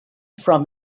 from